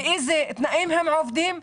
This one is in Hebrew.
באילו תנאים הם עובדים,